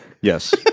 Yes